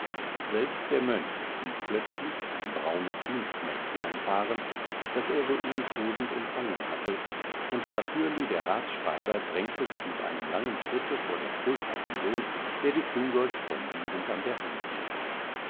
selbst der mönch ließ plötzlich ein braunes dienstmägdlein fahren das er soeben kosend umfangen hatte und schafürli der ratsschreiber drängte sich mit einem langen schritte vor den schultheißensohn der die küngolt sponsierend an der hand hielt